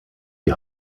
die